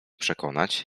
przekonać